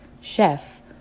Chef